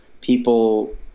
people